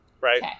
right